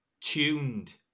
tuned